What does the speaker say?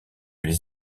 les